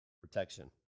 Protection